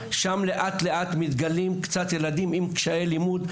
שם לאט-לאט מתגלים ילדים עם קשיי לימוד,